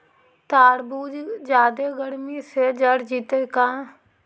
तारबुज जादे गर्मी से जर जितै का?